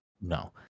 No